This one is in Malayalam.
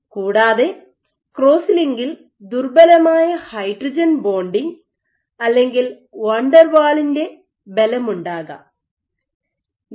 കൂടാതെ ക്രോസ് ലിങ്കിൽ ദുർബലമായ ഹൈഡ്രജൻ ബോണ്ടിംഗ് അല്ലെങ്കിൽ വാൻ ഡെർ വാളിന്റെ ബലമുണ്ടാകാം weak hydrogen bonding or Van der Wall's force